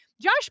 Josh